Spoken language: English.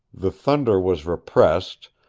the thunder was repressed,